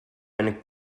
een